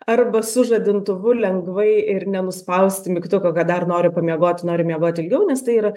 arba su žadintuvu lengvai ir nenuspausti mygtuko kad dar noriu pamiegoti nori miegoti ilgiau nes tai yra